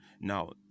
Now